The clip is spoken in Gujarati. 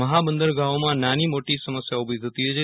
મહાબંદરગાહોમાં નાની મોટી સમસ્યાઓ ઉભી થતી હોય છે